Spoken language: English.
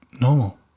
normal